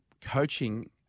coaching